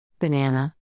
Banana